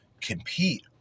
compete